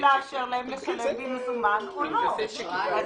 אנשים שהבנקים לא מאשרים להם להוציא פנקסי צ'קים.